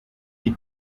the